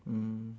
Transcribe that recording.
mm